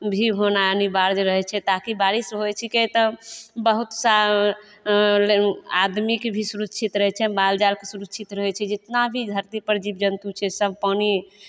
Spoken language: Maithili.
भी होनाइ अनिबार्य रहै छै ताकि बारिष होइ छिकै तऽ बहुत सा आदमीके भी सुरक्षित रहै छै माल जालके सुरक्षित रहै छै जितना भी धरती पर जीब जन्तु छै सब पानि